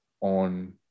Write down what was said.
on